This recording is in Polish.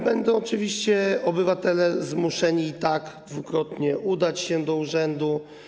Będą oczywiście obywatele zmuszeni i tak dwukrotnie udać się do urzędu.